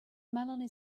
melanie